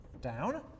down